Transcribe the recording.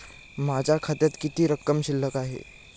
माझ्या खात्यात किती रक्कम शिल्लक आहे?